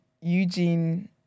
Eugene